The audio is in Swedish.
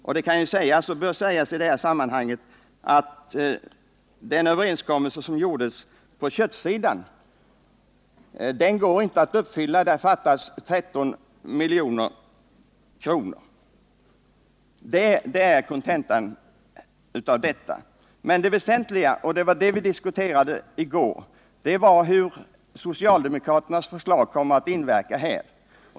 Och det kan och bör sägas i det här sammanhanget att den överenskommelse som träffades på köttsidan inte går att uppfylla därför att det fattas 13 milj.kr. Det är kontentan av detta. Men det väsentliga — och det var det vi diskuterade i går — är hur socialdemokraternas förslag kommer att inverka.